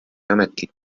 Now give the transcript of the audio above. ametlik